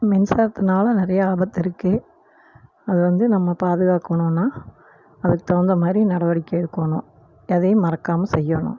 மின்சாரத்துனால் நிறையா ஆபத்து இருக்குது அதை வந்து நம்ம பாதுகாக்கணுன்னா அதுக்கு தகுந்த மாதிரி நடவடிக்கை எடுக்கணும் எதையும் மறக்காமல் செய்யணும்